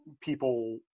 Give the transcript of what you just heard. people